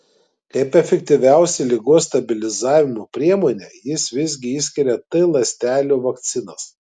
kaip efektyviausią ligos stabilizavimo priemonę jis visgi išskiria t ląstelių vakcinas